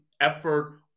effort